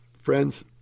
Friends